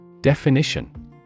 Definition